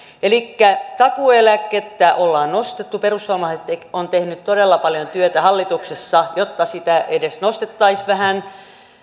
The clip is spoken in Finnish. elikkä takuueläkettä ollaan nostettu perussuomalaiset on tehnyt todella paljon työtä hallituksessa jotta sitä nostettaisiin edes vähän